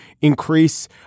increase